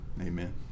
amen